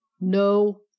No